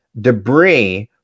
debris